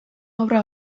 obra